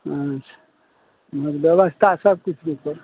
अच्छा मत ब्यवस्था सभकिछुके